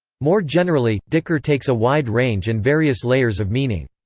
more generally, dhikr takes a wide range and various layers of meaning.